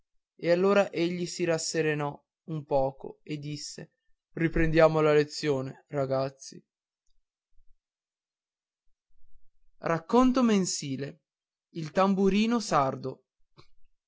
e allora egli si rasserenò un poco e disse riprendiamo la lezione ragazzi il tamburino sardo